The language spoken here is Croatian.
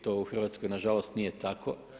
To u Hrvatskoj nažalost nije tako.